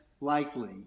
likely